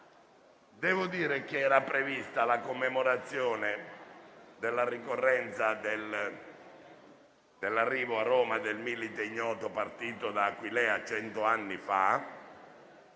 dei deputati. Era prevista la commemorazione della ricorrenza dell'arrivo a Roma del Milite Ignoto partito da Aquileia cento anni fa,